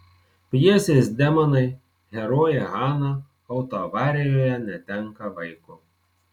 pjesės demonai herojė hana autoavarijoje netenka vaiko